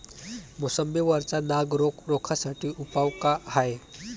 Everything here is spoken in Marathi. मोसंबी वरचा नाग रोग रोखा साठी उपाव का हाये?